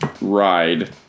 ride